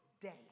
day